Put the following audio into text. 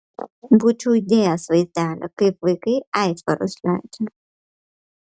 būčiau įdėjęs vaizdelį kaip vaikai aitvarus leidžia